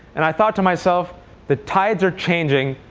and i thought to myself the tides are changing.